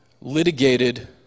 litigated